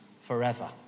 forever